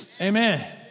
Amen